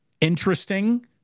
interesting